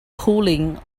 cooling